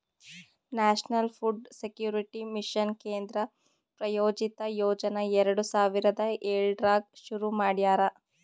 national food security mission ಕೇಂದ್ರ ಪ್ರಾಯೋಜಿತ ಯೋಜನಾ ಎರಡು ಸಾವಿರದ ಏಳರಾಗ್ ಶುರು ಮಾಡ್ಯಾರ